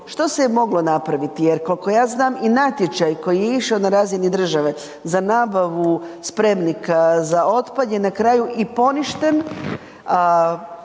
što se je moglo napraviti jer kolko ja znam i natječaj koji je išao na razini države za nabavu spremnika za otpad je na kraju i poništen,